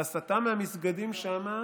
ההסתה מהמסגדים שם,